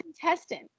contestant